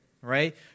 right